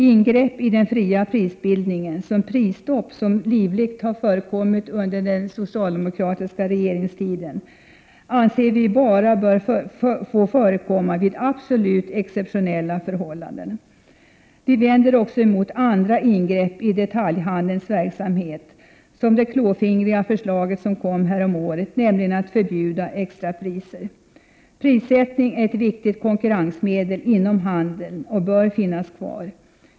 Ingrepp i den fria prisbildningen såsom prisstopp, som ju livligt har förekommit under den socialdemokratiska regeringstiden, anser vi bara får förekomma vid absolut exceptionella förhållanden. Vi vänder oss också mot andra ingrepp detaljhandelsverksamhet, som det klåfingriga förslaget häromåret om att förbjuda extrapriser. Prissättning är ett viktigt konkurrensmedel inom handeln och bör finnas kvar.